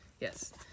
Yes